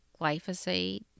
glyphosate